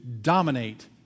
dominate